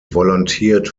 volunteered